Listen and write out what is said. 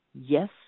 yes